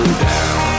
down